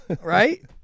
Right